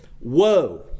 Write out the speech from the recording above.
woe